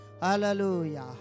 Hallelujah